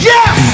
Yes